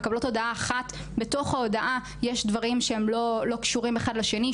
מקבלות הודעה אחת ובתוך ההודעה יש דברים שהם לא קשורים אחד לשני,